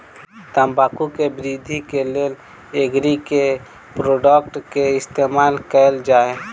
तम्बाकू केँ वृद्धि केँ लेल एग्री केँ के प्रोडक्ट केँ इस्तेमाल कैल जाय?